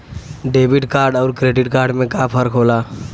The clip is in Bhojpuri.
डेबिट कार्ड अउर क्रेडिट कार्ड में का फर्क होला?